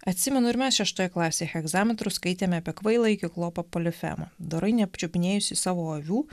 atsimenu ir mes šeštoje klasė hegzametru skaitėme apie kvailąjį kiklopą polifemą dorai nepačiupinėjusį savo avių